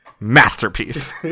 masterpiece